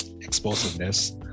explosiveness